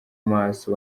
maso